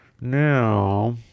Now